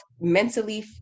mentally